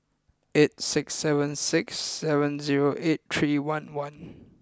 eight six seven six seven zero eight three one one